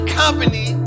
company